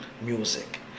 music